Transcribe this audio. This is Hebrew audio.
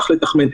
זה לתחמן.